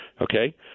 Okay